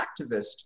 activist